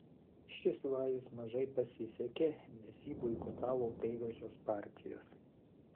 šis vajus mažai pasisekė nes jį boikotavo kairiosios partijos